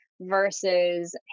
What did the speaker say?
versus